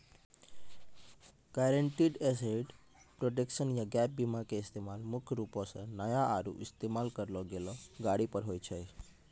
guaranteed asset protection या gap बीमा के इस्तेमाल मुख्य रूपो से नया आरु इस्तेमाल करलो गेलो गाड़ी पर होय छै